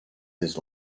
his